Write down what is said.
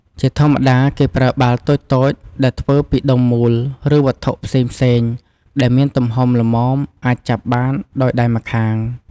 ជាធម្មតាគេប្រើបាល់តូចៗដែលធ្វើពីដុំមូលឬវត្ថុផ្សេងៗដែលមានទំហំល្មមអាចចាប់បានដោយដៃម្ខាង។